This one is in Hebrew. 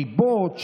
ריבות,